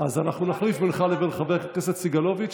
נחליף בינך לבין חבר הכנסת סגלוביץ',